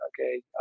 okay